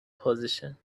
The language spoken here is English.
position